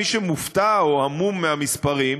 מי שמופתע או המום מהמספרים,